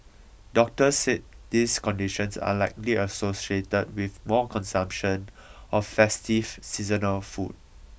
doctors said these conditions are likely associated with more consumption of festive seasonal food